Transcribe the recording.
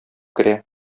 керә